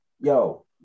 yo